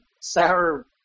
sour